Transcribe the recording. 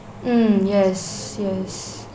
mm yes yes